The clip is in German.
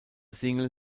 single